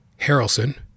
Harrelson